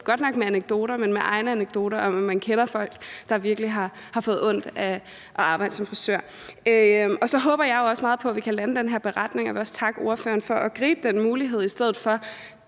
godt nok med anekdoter, men med egne anekdoter om, at man kender folk, der virkelig har fået ondt af at arbejde som frisør. Så håber jeg jo også meget på, vi kan lande den her beretning, og jeg vil også takke ordføreren for at gribe den mulighed i stedet for,